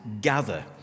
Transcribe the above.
gather